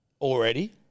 already